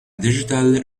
digital